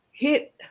hit